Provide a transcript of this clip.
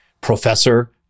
professor